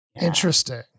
Interesting